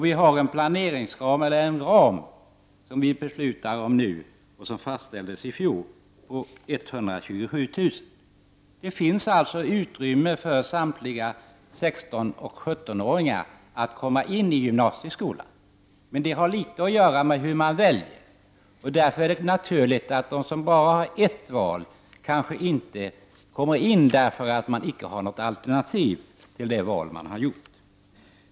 Vi har en planeringsram som vi beslutar om nu och som fastställdes i fjol till 127 000. Det finns alltså utrymme för samtliga 16 och 17-åringar att komma in i gymnasieskolan. Men det har också att göra med hur man väljer. Därför är det naturligt att de som bara har ett val kanske inte kommer in, då de inte har något alternativ till det val de har gjort.